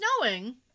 snowing